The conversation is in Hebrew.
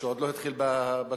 ועוד לא התחיל בתשובה.